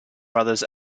brothers